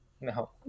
No